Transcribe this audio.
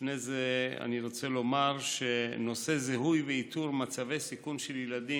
לפני זה אני רוצה לומר שנושא זיהוי ואיתור של מצבי סיכון של ילדים,